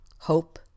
hope